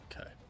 Okay